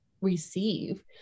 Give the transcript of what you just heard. receive